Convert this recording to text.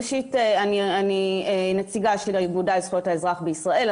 ראשית, אני נציגה של האגודה לזכויות האזרח בישראל.